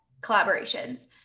collaborations